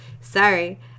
Sorry